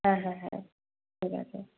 হ্যাঁ হ্যাঁ হ্যাঁ ঠিক আছে